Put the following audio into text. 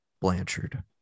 Blanchard